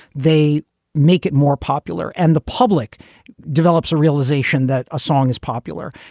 they make it more popular and the public develops a realization that a song is popular.